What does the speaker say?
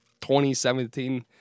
2017